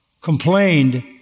complained